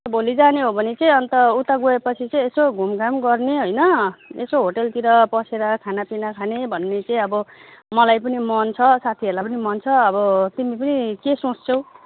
भोलि जाने हो भने चाहिँ अन्त उता गएपछि चाहिँ यसो घुमघाम गर्ने होइन यसो होटलतिर बसेर खानापिना खाने भन्ने चाहिँ अब मलाई पनि मन छ साथीहरूलाई पनि मन छ अब तिमी पनि के सोच्छौँ